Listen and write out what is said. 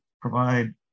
provide